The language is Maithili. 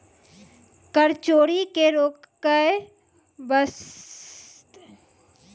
कर चोरी के रोके बासते सरकार ने बहुते नियम बनालो छै